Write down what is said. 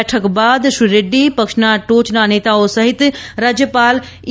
બેઠક બાદ શ્રી રેડ્ડી પક્ષના ટોચના નેતાઓ સહિત રાજયપાલ ઇ